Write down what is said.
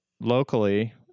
locally